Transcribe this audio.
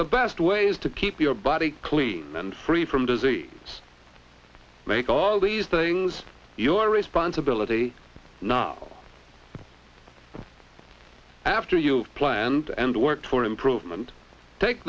the best ways to keep your body clean and free from disease make all these things your responsibility not after you've planned and worked for improvement take